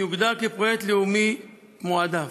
יוגדר כפרויקט לאומי מועדף.